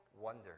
wonder